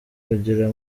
kugira